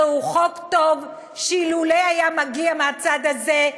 זהו חוק טוב, שאילולא היה מגיע מהצד הזה,